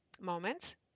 moments